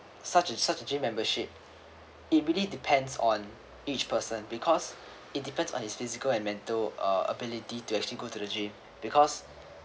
such a such a gym membership it really depends on each person because it depends on his physical and mental uh ability to actually go to the gym because